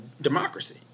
democracy